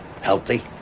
Healthy